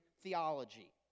theology